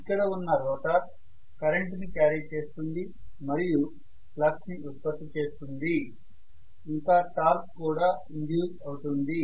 ఇక్కడ ఉన్న rotor current ని క్యారీ చేస్తుంది మరియు ఫ్లక్స్ ని ఉత్పత్తి చేస్తుంది ఇంకా టార్క్ కూడా ఇండ్యూస్ అవుతుంది